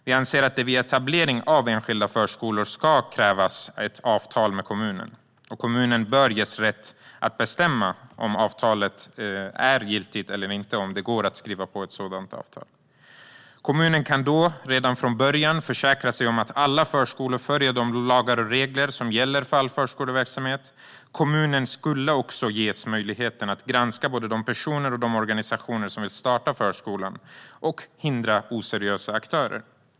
Vi anser att det vid etablering av enskilda förskolor ska krävas ett avtal med kommunen. Kommunen bör ges rätt att bestämma om avtalet är giltigt eller inte och om det går att skriva på ett sådant avtal. Kommunen kan då redan från början försäkra sig om att alla förskolor följer de lagar och regler som gäller för all förskoleverksamhet. Kommunen skulle också ges möjlighet att granska de personer och de organisationer som vill starta en förskola för att hindra oseriösa aktörer.